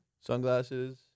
Sunglasses